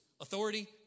authority